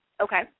Okay